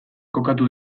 kokatu